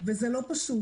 וזה לא פשוט.